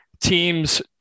teams